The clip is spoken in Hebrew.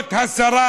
זאת השרה,